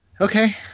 okay